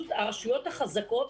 הרשויות החזקות